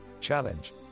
challenge